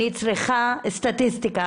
אני צריכה סטטיסטיקה,